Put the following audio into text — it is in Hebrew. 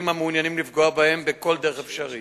המעוניינים לפגוע בהם בכל דרך אפשרית.